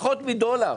פחות מדולר.